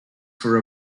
for